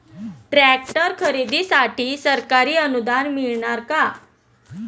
Tractor खरेदीसाठी सरकारी अनुदान मिळणार का?